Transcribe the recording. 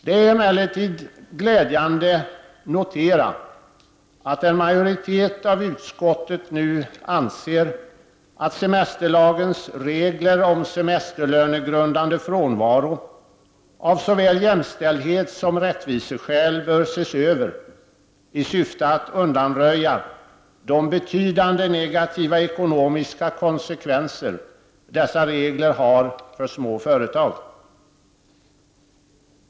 Det är emellertid glädjande att notera att en majoritet av utskottet nu anser att semesterlagens regler om semesterlönegrundande frånvaro av såväl jämställdhetssom rättviseskäl bör ses över i syfte att undanröja de betydande negativa ekonomiska konsekvenser dessa regler har för små företag.